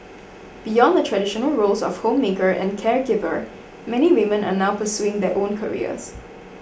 beyond the traditional roles of homemaker and caregiver many women are now pursuing their own careers